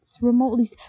remotely